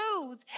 smooth